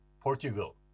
Portugal